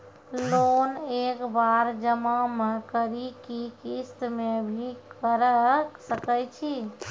Loan एक बार जमा म करि कि किस्त मे भी करऽ सके छि?